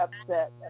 upset